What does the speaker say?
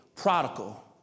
prodigal